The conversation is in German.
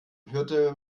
hörte